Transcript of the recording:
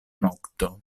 nokto